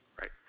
Right